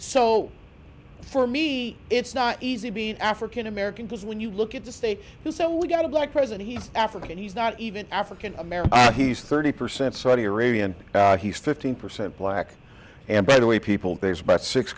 so for me it's not easy being african american because when you look at the state so we've got a black president he's african he's not even african american he's thirty percent saudi arabia and he's fifteen percent black and by the way people there's about six